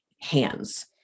hands